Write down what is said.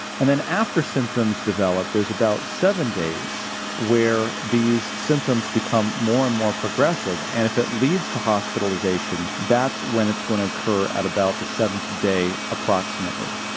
and then after symptoms develop, there's about seven days where these symptoms become more and more progressive, and if it leads to hospitalization, that's when it's going to occur at about the seventh day approximately.